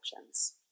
actions